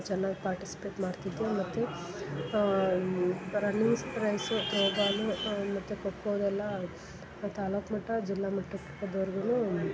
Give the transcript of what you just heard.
ಚೆನ್ನಾಗಿ ಪಾರ್ಟಿಸಿಪೇಟ್ ಮಾಡ್ತಿದ್ದೋ ಮತ್ತು ರನ್ನಿಂಗ್ ಸ್ ರೇಸು ತ್ರೋಬಾಲು ಮತ್ತು ಖೋಖೋದೆಲ್ಲಾ ತಾಲೂಕು ಮಟ್ಟ ಜಿಲ್ಲಾ ಮಟ್ಟಕ್ಕೆ ಅದುವರ್ಗುನೂ